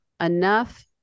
enough